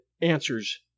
answers